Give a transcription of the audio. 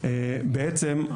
בעצם,